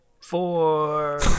four